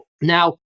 now